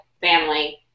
family